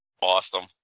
Awesome